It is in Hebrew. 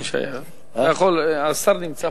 אה, השר נמצא.